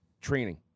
training